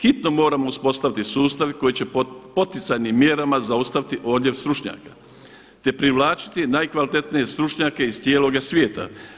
Hitno moramo uspostaviti sustave koji će poticajnim mjerama zaustaviti odljev stručnjaka, te privlačiti najkvalitetnije stručnjake iz cijeloga svijeta.